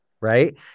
right